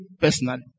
personally